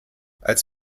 als